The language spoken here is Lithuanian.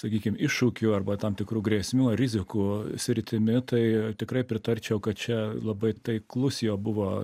sakykim iššūkių arba tam tikrų grėsmių ar rizikų sritimi tai tikrai pritarčiau kad čia labai taiklus jo buvo